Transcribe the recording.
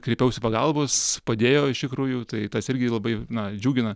kreipiausi pagalbos padėjo iš tikrųjų tai tas irgi labai na džiugina